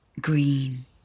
green